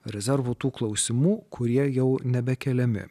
rezervu tų klausimų kurie jau nebekeliami